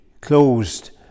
closed